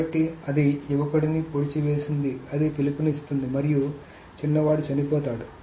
కాబట్టి అది యువకుడిని పొడిచి వేసింది అది పిలుపునిస్తుంది మరియు చిన్నవాడు చనిపోతాడు